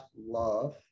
love